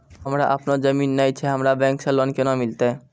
हमरा आपनौ जमीन नैय छै हमरा बैंक से लोन केना मिलतै?